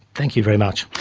thank you very much.